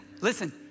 listen